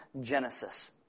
Genesis